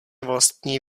vlastní